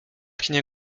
kinie